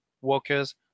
workers